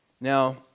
Now